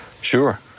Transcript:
Sure